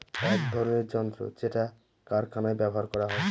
এক ধরনের যন্ত্র যেটা কারখানায় ব্যবহার করা হয়